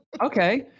Okay